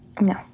No